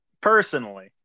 Personally